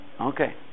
Okay